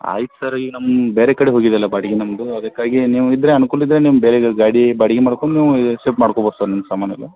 ಆಯ್ತು ಸರ್ ಈಗ ನಮ್ಮ ಬೇರೆ ಕಡೆ ಹೋಗಿದ್ಯಲ್ಲ ಬಾಡಿಗೆ ನಮ್ಮದು ಅದಕ್ಕಾಗಿ ನೀವು ಇದ್ರೆ ಅನ್ಕೂಲ ಇದ್ದರೆ ನೀವು ಬೇರೆ ಗಾಡಿ ಬಾಡಿಗೆ ಮಾಡ್ಕೊಂಡು ನೀವು ಶಿಫ್ಟ್ ಮಾಡ್ಕೊಬೋದು ಸರ್ ನಿಮ್ಮ ಸಾಮಾನು ಎಲ್ಲ